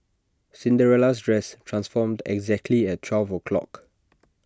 Cinderella's dress transformed exactly at twelve o'clock